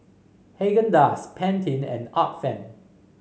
Haagen Dazs Pantene and Art Friend